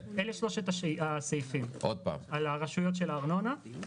אלה שלושת הסעיפים, הרשויות של הארנונה,